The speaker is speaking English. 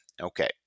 Okay